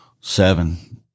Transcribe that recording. seven